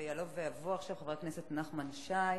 יעלה ויבוא חבר הכנסת נחמן שי.